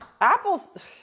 Apples